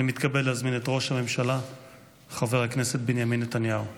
אני מתכבד להזמין את ראש הממשלה חבר הכנסת בנימין נתניהו.